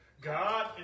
God